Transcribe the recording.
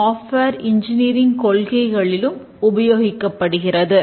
software engineering கொள்கைகளிலும் உபயோகிக்கப்படுகிறது